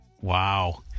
Wow